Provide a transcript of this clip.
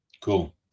Cool